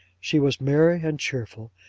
she was merry and cheerful,